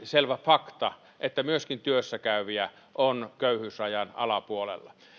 selvä fakta että myöskin työssä käyviä on köyhyysrajan alapuolella